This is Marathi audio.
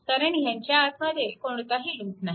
कारण ह्यांच्या आतमध्ये कोणताही लूप नाही